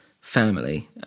family